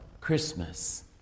Christmas